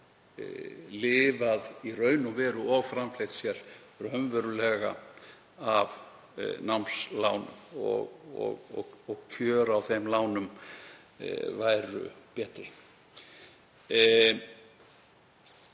að geta lifað og framfleytt sér raunverulega af námslánum og kjör á þeim lánum væru betri.